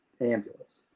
ambulance